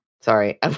Sorry